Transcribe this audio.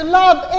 love